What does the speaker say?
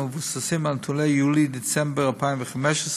המבוססים על נתוני יולי דצמבר 2015,